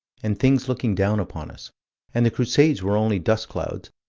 and things looking down upon us and the crusades were only dust clouds,